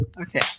Okay